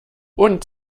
und